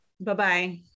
Bye-bye